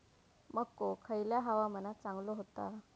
मको खयल्या हवामानात चांगलो होता?